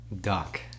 Duck